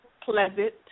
pleasant